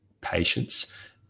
patience